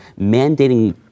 mandating